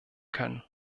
können